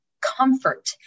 comfort